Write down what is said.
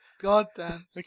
goddamn